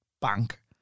bank